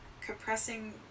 compressing